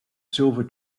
silver